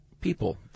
people